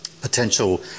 potential